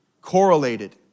correlated